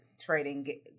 trading